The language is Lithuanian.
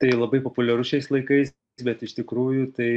tai labai populiaru šiais laikais bet iš tikrųjų tai